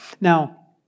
Now